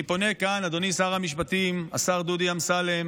אני פונה כאן, אדוני שר המשפטים, השר דודי אמסלם,